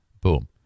boom